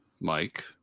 Mike